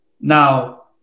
Now